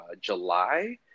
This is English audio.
July